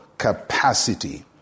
capacity